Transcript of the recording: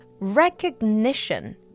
Recognition